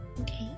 Okay